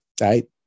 right